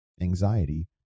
anxiety